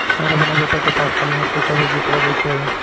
हमरा अपना बेटा के पास कॉलेज में पइसा बेजे के बा त कइसे होई?